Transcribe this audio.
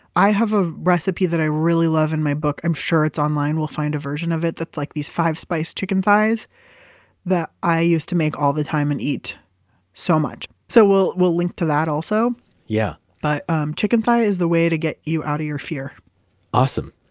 i have a recipe that i really love in my book. i'm sure it's online. we'll find a version of it that's like these five spiced chicken thighs that i used to make all the time and eat so much. so we'll we'll link to that also yeah but um chicken thigh is the way to get you out of your fear awesome.